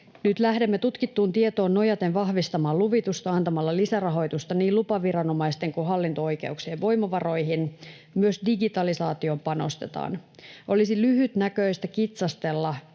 Nyt lähdemme tutkittuun tietoon nojaten vahvistamaan luvitusta antamalla lisärahoitusta niin lupaviranomaisten kuin hallinto-oikeuksien voimavaroihin, myös digitalisaatioon panostetaan. Olisi lyhytnäköistä kitsastella